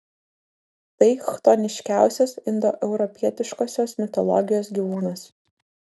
tai chtoniškiausias indoeuropietiškosios mitologijos gyvūnas